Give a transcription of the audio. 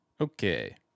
Okay